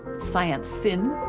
science sin.